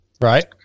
Right